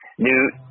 New